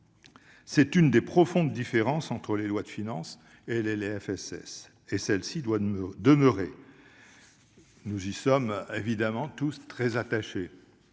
C'est l'une des profondes différences entre les lois de finances et les LFSS, et elle doit demeurer ; nous y sommes tous très attachés.